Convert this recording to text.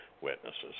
witnesses